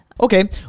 Okay